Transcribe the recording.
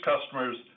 customers